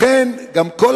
לכן גם כל